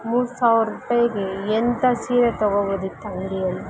ಮೂರು ಸಾವಿರ ರೂಪಾಯ್ಗೆ ಎಂಥ ಸೀರೆ ತಗೊಬೋದಿತ್ತು ಅಂಗಡಿಯಲ್ಲಿ